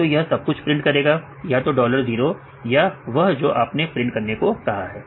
या तो यह सब कुछ प्रिंट करेगा या डॉलर 0 या वह जो कि आपने प्रिंट करने को कहा है